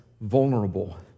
vulnerable